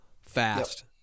fast